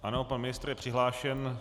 Ano, pan ministr je přihlášen.